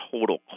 total